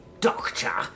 Doctor